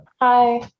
Hi